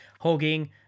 hugging